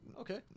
okay